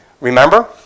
Remember